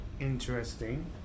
Interesting